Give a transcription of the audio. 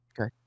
Okay